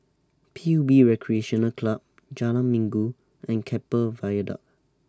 P U B Recreational Club Jalan Minggu and Keppel Viaduct